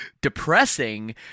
depressing